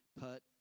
put